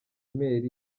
mail